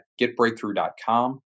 getbreakthrough.com